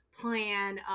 plan